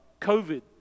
COVID